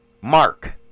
Mark